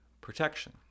protection